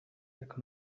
jako